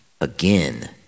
again